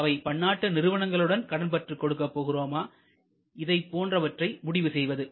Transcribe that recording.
அவை பன்னாட்டு நிறுவனங்களுக்கு கடன் பற்று கொடுக்கப் போகிறோமா இதை போன்றவற்றை முடிவு செய்வது